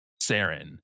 Saren